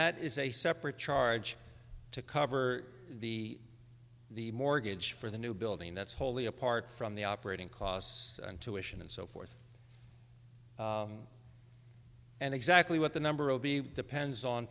that is a separate charge to cover the the mortgage for the new building that's wholly apart from the operating costs intuition and so forth and exactly what the number of depends on